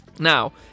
Now